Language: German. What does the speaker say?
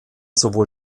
sowohl